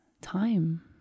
time